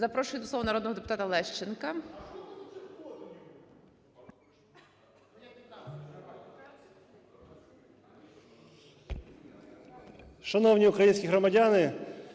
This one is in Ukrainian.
запрошую до слова народного депутата Заружко.